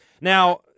Now